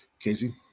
Casey